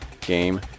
game